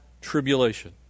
tribulation